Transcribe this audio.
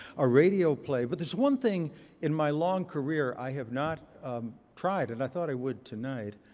a radio play. but there's one thing in my long career i have not tried, and i thought i would tonight.